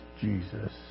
Jesus